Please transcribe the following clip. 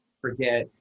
forget